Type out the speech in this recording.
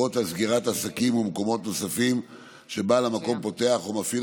להורות על סגירת עסקים או מקומות נוספים שבעל המקום פותח או מפעיל